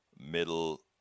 middle